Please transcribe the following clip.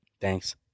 Thanks